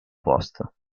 posto